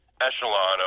echelon